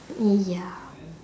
y~ ya